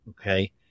Okay